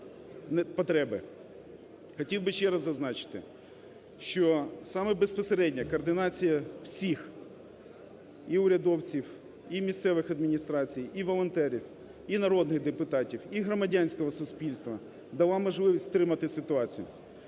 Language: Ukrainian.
Хотів би ще раз зазначити, що саме безпосередня координація всіх і урядовців, і місцевих адміністрацій, і волонтерів, і народних депутатів, і громадянського суспільства дало можливість стримати ситуацію.